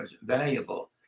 valuable